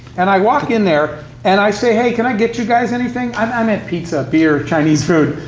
and i walk in there, and i say, hey, can i get you guys anything? um i meant pizza, beer, chinese food,